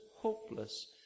hopeless